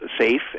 safe